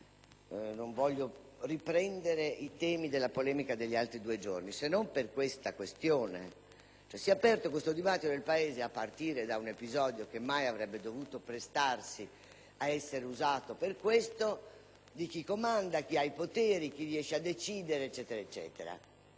non voglio riprendere i temi della polemica degli scorsi due giorni, se non per evidenziare che si è aperto un dibattito nel Paese, a partire da un episodio che mai avrebbe dovuto prestarsi ad essere usato per tale fine, su chi comanda, chi ha i poteri, chi riesce a decidere, eccetera. Per